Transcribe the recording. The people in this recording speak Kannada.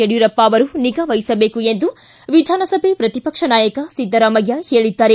ಯಡಿಯೂರಪ್ಪ ಅವರು ನಿಗಾ ವಹಿಸಬೇಕು ಎಂದು ವಿಧಾನಸಭೆ ಪ್ರತಿಪಕ್ಷ ನಾಯಕ ಸಿದ್ದರಾಮಯ್ಯ ಹೇಳಿದ್ದಾರೆ